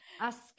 ask